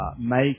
make